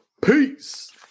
Peace